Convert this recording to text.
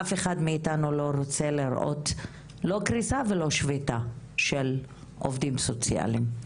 אף אחד מאיתנו לא רוצה לראות לא קריסה ולא שביתה של עובדים סוציאליים.